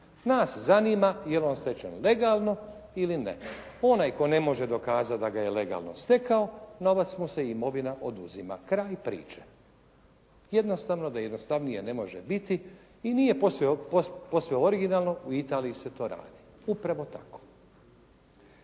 Nas zanima je li on stečen legalno ili ne? Onaj tko ne može dokazati da ga je legalno stekao novac mu se i imovina oduzima. Kraj priče. Jednostavno da jednostavnije ne može biti i nije posve originalno. U Italiji se to radi. Upravo tako.